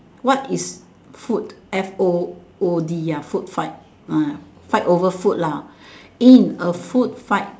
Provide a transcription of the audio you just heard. what is food F O O D ya food fight uh fight over food lah in a food fight